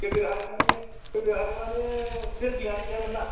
गोदोहाय माने गोदोहाय माने बिल्दिं आनो गैयामोन ना